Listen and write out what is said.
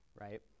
right